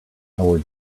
our